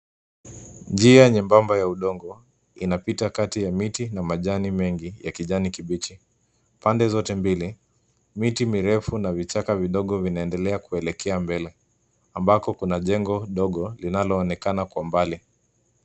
Njia nyembamba ya udongo inapita kati ya miti na majani mengi ya kijani kibichi. Pande zote mbili miti mirefu na vichaka vidogo vianaendeleaa kuelekea mbele ambapo kuna jengo dogo linaloonekana kwa mbali.